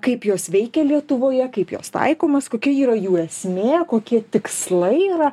kaip jos veikia lietuvoje kaip jos taikomas kokia yra jų esmė kokie tikslai yra